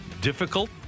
difficult